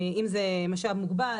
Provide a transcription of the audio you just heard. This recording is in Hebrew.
אם זה משאב מוגבל,